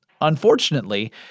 Unfortunately